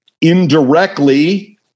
indirectly